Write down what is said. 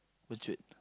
matured